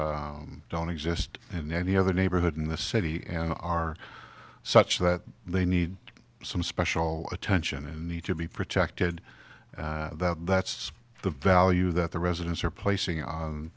that don't exist in any other neighborhood in the city and are such that they need some special attention and need to be protected that that's the value that the residents are placing